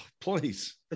please